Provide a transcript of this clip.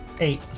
Eight